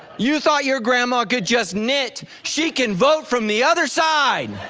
you thought your grandma good just knit, she can vote from the other side.